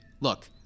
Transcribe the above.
look